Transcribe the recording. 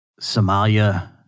Somalia